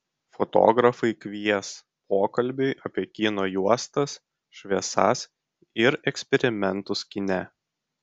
fotografai kvies pokalbiui apie kino juostas šviesas ir eksperimentus kine